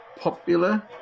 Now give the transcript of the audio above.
popular